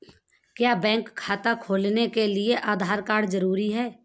क्या बैंक खाता खोलने के लिए आधार कार्ड जरूरी है?